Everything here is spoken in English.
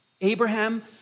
Abraham